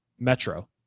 metro